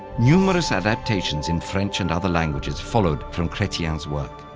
numerous adaptations in french and other languages followed from chretien's work.